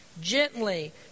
gently